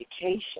education